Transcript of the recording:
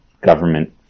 government